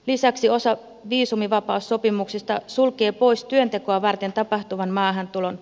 lisäksi osa viisumivapaussopimuksista sulkee pois työntekoa varten tapahtuvan maahantulon